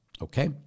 okay